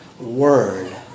word